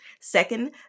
Second